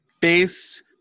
base